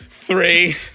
three